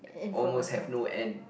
almost have no end